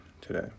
today